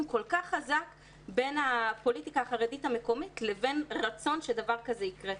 כל כך חזק בין הפוליטיקה החרדית המקומית לבין רצון שדבר כזה יקרה.